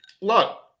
Look